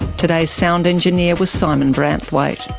today's sound engineer was simon branthwaite.